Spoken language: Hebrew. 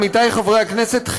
עמיתיי חברי הכנסת,